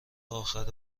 آخر